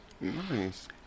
Nice